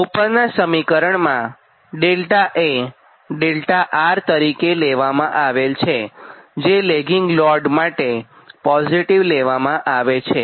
ઊપરનાં સમીકરણમાં 𝛿 એ 𝛿𝑅 તરીકે લેવામાં આવેલ છેજે લેગિંગ લોડ માટે પોઝિટીવ લેવામાં આવે છે